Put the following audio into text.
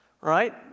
right